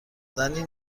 زنی